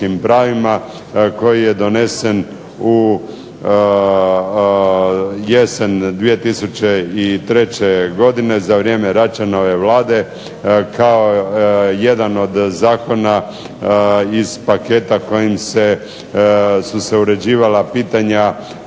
koji je donesen u jesen 2003. godine za vrijeme Račanove Vlade kao jedan od zakona iz paketa kojim su se uređivala pitanja